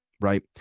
right